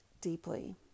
deeply